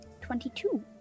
Twenty-two